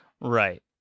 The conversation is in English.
Right